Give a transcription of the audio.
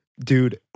Dude